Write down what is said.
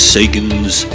Sagan's